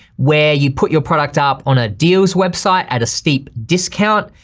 where you put your product up on a dealer's website at a steep discount,